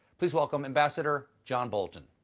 please welcome ambassador john bolton!